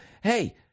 hey